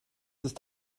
ist